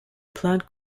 plant